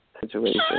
situation